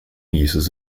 uses